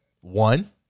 one